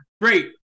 Great